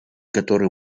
которые